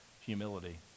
humility